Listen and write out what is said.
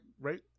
right